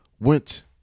went